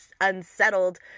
unsettled